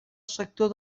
sector